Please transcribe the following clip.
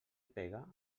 pega